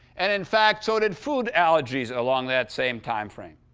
and in fact, so did food allergies along that same timeframe.